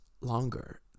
longer